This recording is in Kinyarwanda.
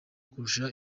kurusha